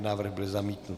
Návrh byl zamítnut.